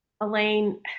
Elaine